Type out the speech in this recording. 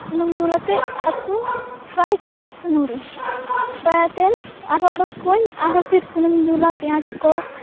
ᱥᱩᱱᱩᱢ ᱫᱩᱞ ᱟᱛᱮᱫ ᱦᱟᱠᱩ ᱯᱷᱨᱟᱭ ᱠᱚᱣᱟᱹᱧ ᱥᱩᱱᱩᱢᱨᱮ ᱯᱷᱨᱟᱭᱛᱮ ᱟᱨᱦᱚᱸ ᱚᱰᱳᱠ ᱠᱚᱣᱟᱹᱧ ᱟᱨᱦᱚᱸ ᱯᱷᱤᱨ ᱥᱩᱱᱩᱢᱤᱧ ᱫᱩᱞᱟ ᱯᱮᱸᱭᱟᱡᱽ ᱠᱚ